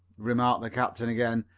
remarked the captain again,